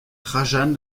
trajan